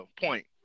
point